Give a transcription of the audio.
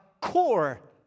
core